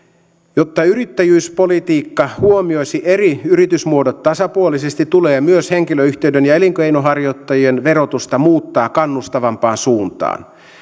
jotta yrittäjyyspolitiikka huomioisi eri yritysmuodot tasapuolisesti tulee myös henkilöyhtiöiden ja elinkeinonharjoittajien verotusta muuttaa kannustavampaan suuntaan